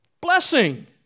Blessing